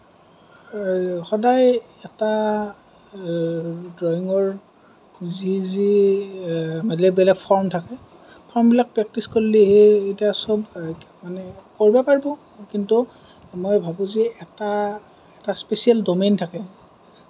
সদায় এটা ড্ৰয়িঙৰ যি যি বেলেগ বেলেগ ফৰ্ম থাকে ফৰ্মবিলাক প্ৰেক্টিছ কৰিলেহে এতিয়া চব মানে কৰিব পাৰিব কিন্তু মই ভাবোঁ যে এটা এটা স্পেচিয়েল ডমেইন থাকে